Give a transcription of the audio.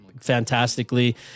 fantastically